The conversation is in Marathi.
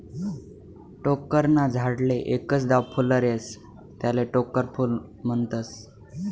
टोक्कर ना झाडले एकच दाव फुल्लर येस त्याले टोक्कर फूल म्हनतस